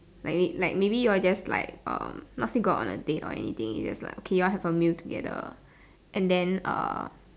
like it like maybe you all just like um not say go out on a date or anything like you all have a meal together and then uh